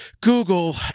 Google